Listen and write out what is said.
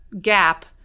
gap